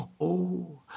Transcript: Oh